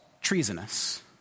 treasonous